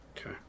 Okay